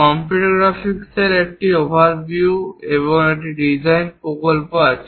computer গ্রাফিক্সের একটি overview এবং একটি ডিজাইন প্রকল্প আছে